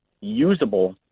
usable